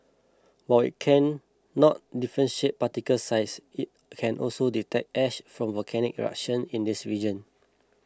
while it cannot differentiate particle size it can also detect ash from volcanic eruption in the region